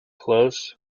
close